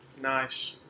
Nice